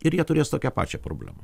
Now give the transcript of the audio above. ir jie turės tokią pačią problemą